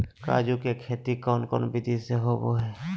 काजू के खेती कौन कौन विधि से होबो हय?